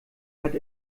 hat